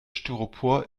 styropor